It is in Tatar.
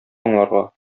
аңларга